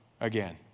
again